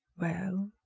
well,